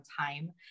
time